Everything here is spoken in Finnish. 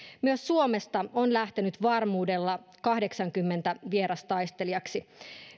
myös suomesta on lähtenyt varmuudella kahdeksankymmentä henkilöä vierastaistelijoiksi